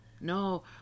no